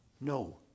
No